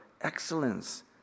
excellence